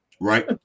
Right